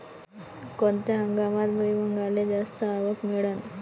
कोनत्या हंगामात भुईमुंगाले जास्त आवक मिळन?